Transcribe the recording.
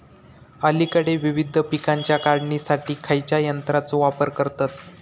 अलीकडे विविध पीकांच्या काढणीसाठी खयाच्या यंत्राचो वापर करतत?